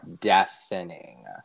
deafening